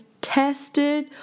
tested